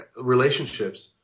relationships